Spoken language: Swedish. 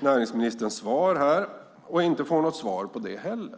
näringsministerns svar och inte heller får något svar på det.